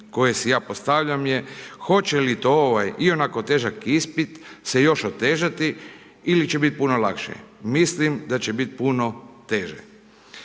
koje si ja postavljam je, hoće li to ovaj, ionako težak ispit se još otežati ili će biti puno lakše? Mislim da će biti teže.